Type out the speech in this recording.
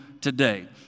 today